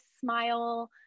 smile